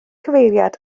cyfeiriad